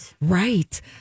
right